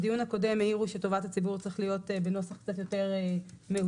בדיון הקודם העירו שטובת הציבור צריך להיות בנוסח קצת יותר מהודק